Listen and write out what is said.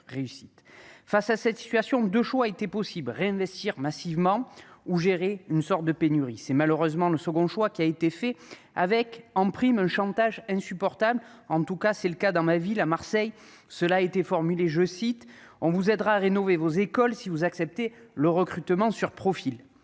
Face à cette situation, deux choix étaient possibles : réinvestir massivement ou gérer la pénurie. C'est malheureusement le second choix qui a été fait, avec, en prime, un chantage insupportable, en tout cas dans ma ville, à Marseille :« On vous aidera à rénover vos écoles si vous acceptez le recrutement sur profil.